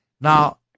Now